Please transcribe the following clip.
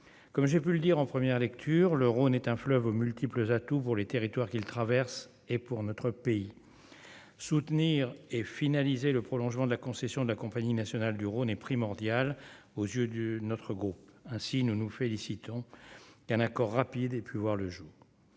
comme j'ai pu le dire en première lecture le Rhône est un fleuve aux multiples atouts pour les territoires qu'il traverse et pour notre pays, soutenir et finaliser le prolongement de la concession de la Compagnie nationale du Rhône est primordial aux yeux de notre groupe, ainsi nous nous félicitons d'un accord rapide et pu voir le jour,